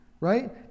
right